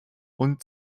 und